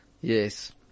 Yes